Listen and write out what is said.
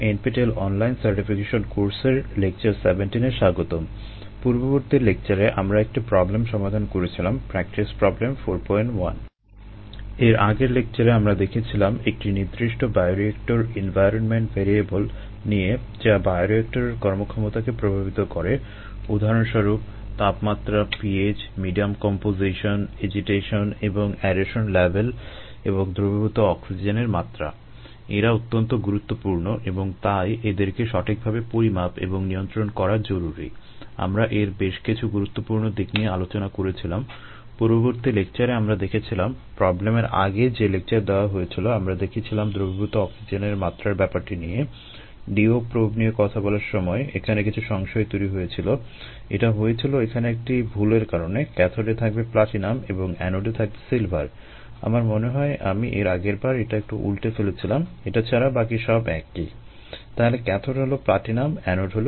এর আগের লেকচারে আমরা দেখেছিলাম একটি নির্দিষ্ট বায়োরিয়েক্টর এনভায়রনমেন্ট ভ্যারিয়েবল